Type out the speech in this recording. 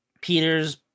peter's